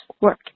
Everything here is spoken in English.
work